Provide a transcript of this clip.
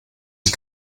ich